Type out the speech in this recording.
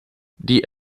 die